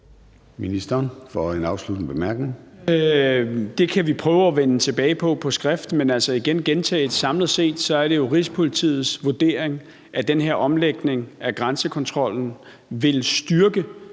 Det kan vi prøve at vende tilbage med på skrift. Men altså, igen vil jeg gentage, at det jo samlet set er Rigspolitiets vurdering, at den her omlægning af grænsekontrollen vil styrke